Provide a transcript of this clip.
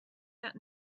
that